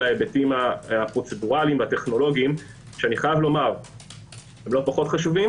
ההיבטים הפרוצדורליים והטכנולוגיים שאינם פחות חשובים